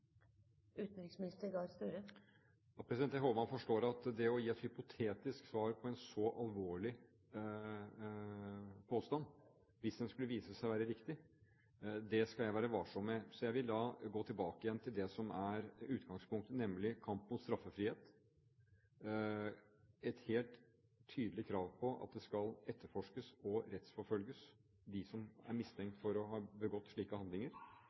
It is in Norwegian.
Jeg håper man forstår at det å gi et hypotetisk svar på en så alvorlig påstand – hvis den skulle vise seg å være riktig – skal jeg være varsom med. Jeg vil gå tilbake til det som er utgangspunktet, nemlig kamp mot straffrihet, et helt tydelig krav om at det skal etterforskes, og at de som er mistenkt for å ha begått slike handlinger,